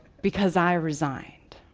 because i resigned.